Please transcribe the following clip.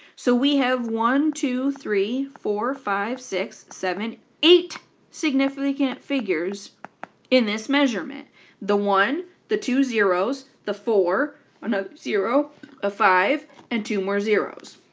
so we have one two three four five six seven eight significant figures in this measurement the one the two zeroes the four another zero a five and two more zeroes